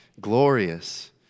Glorious